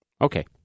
Okay